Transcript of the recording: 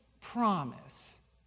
promise